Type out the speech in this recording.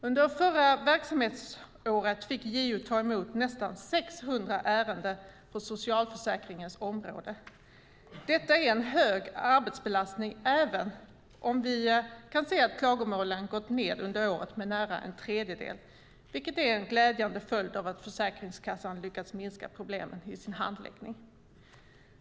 Under förra verksamhetsåret fick JO ta emot nästan 600 ärenden på socialförsäkringens område. Detta är en hög arbetsbelastning - även om vi kan se att klagomålen gått ned under året med nära en tredjedel, vilket är en glädjande följd av att Försäkringskassan lyckats minska problemen i sin handläggning.